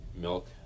milk